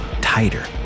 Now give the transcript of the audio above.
tighter